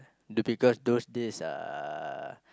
look because those days uh